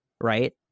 right